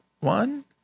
one